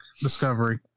Discovery